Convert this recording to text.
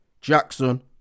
Jackson